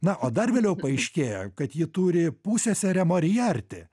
na o dar vėliau paaiškėja kad ji turi pusseserę moriarti